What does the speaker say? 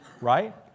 Right